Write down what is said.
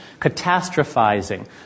Catastrophizing